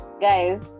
guys